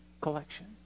collection